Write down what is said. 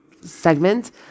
segment